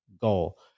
goal